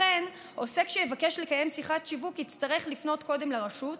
לכן עוסק שיבקש לקיים שיחת שיווק יצטרך לפנות קודם לרשות,